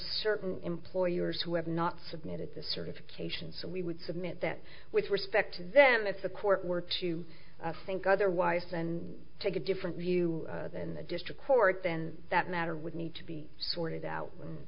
certain employers who have not submitted the certification so we would submit that with respect to them if the court were to think otherwise and take a different view than the district court then that matter would need to be sorted out